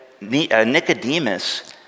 Nicodemus